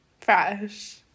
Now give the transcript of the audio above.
Fresh